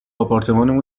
آپارتمانمون